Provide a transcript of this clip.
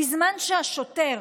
בזמן שהשוטר